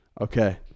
Okay